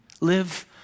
Live